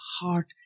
heart